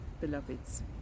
beloveds